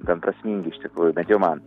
gan prasmingi iš tikrųjų bent jau man